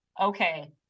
okay